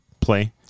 play